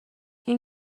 این